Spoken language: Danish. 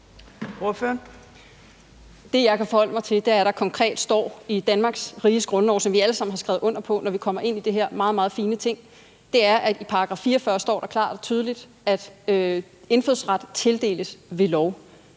Det, jeg kan forholde mig til, er det, der konkret står i Danmarks Riges Grundlov, som vi alle sammen har skrevet under på, når vi kommer ind i det her meget, meget fine Ting. Der står klart og tydeligt i § 44, at »indfødsret tildeles ved lov«,